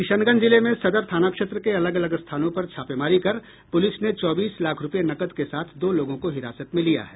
किशनगंज जिले में सदर थाना क्षेत्र के अलग अलग स्थानों पर छापेमारी कर पुलिस ने चौबीस लाख रुपये नकद के साथ दो लोगों को हिरासत में लिया है